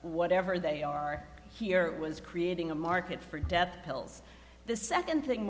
whatever they are here was creating a market for death pills the second thing